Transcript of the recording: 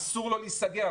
אסור לו להיסגר.